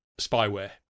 spyware